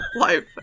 life